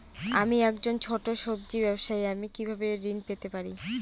আমি একজন ছোট সব্জি ব্যবসায়ী আমি কিভাবে ঋণ পেতে পারি?